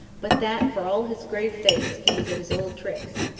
but that, for all his grave face, he was at his old tricks.